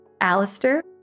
Alistair